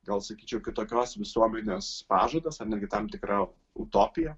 gal sakyčiau kitokios visuomenės pažadas ar netgi tam tikra utopija